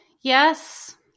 yes